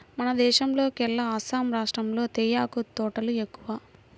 మన దేశంలోకెల్లా అస్సాం రాష్టంలో తేయాకు తోటలు ఎక్కువ